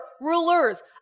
rulers